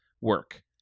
work